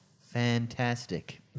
fantastic